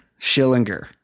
Schillinger